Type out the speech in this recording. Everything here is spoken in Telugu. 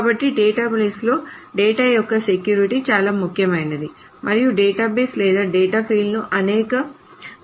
కాబట్టి డేటాబేస్లలో డేటా యొక్క సెక్యూరిటీ చాలా ముఖ్యమైనది మరియు డేటాబేస్ లేదా డేటా ఫీల్డ్లను అనేక విధాలుగా సురక్షితంగా చేయవచ్చు